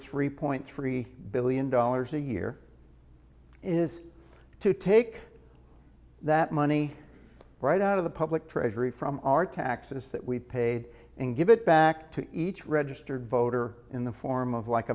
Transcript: three point three billion dollars a year is to take that money right out of the public treasury from our taxes that we've paid and give it back to each registered voter in the form of like